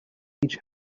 each